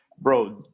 bro